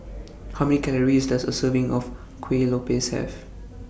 How Many Calories Does A Serving of Kuih Lopes Have